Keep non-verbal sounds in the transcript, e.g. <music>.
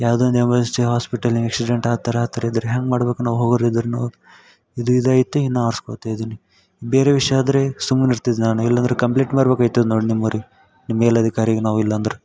ಯಾವ್ದನ emergency hospital accident ಆ ಥರ ಆ ಥರ ಇದ್ರೆ ಹ್ಯಾಂಗ ಮಾಡ್ಬೇಕು ನಾವು ಹೋಗೋದು ಇದ್ರುನು ಇದು ಇದು ಐತಿ ನಾನು <unintelligible> ಇದ್ದೀನಿ ಬೇರೆ ವಿಷಯ ಆದರೆ ಸುಮ್ನೆ ಇರ್ತಿದ್ನ ನಾನು ಇಲ್ಲಾಂದರೆ ಕಂಪ್ಲೀಟ್ ಮಾಡ್ಬೇಕೈತದೆ ನೋಡಿ ನಿಮ್ಮ ಅವ್ರಿಗೆ ನಿಮ್ಮ ಮೇಲಿನ ಅಧಿಕಾರಿಗೆ ನಾವು ಇಲ್ಲಾಂದ್ರೆ